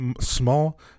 small